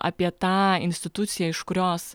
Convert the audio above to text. apie tą instituciją iš kurios